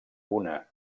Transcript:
una